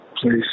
Please